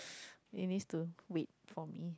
it needs to with Fong-Yi